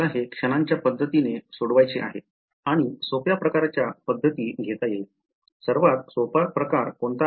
मला हे क्षणांच्या पद्धतीने सोडवायचे आहे आणि सोप्या प्रकारच्या पध्दती घेता येईल सर्वात सोपा प्रकार कोणता आहे